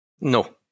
No